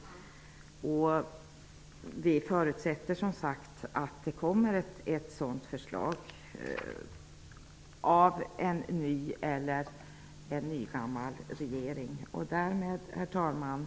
Vi förutsätter som sagt att det kommer ett sådant förslag från en ny eller nygammal regering. Herr talman!